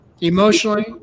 Emotionally